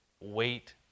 Wait